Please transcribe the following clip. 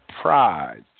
prize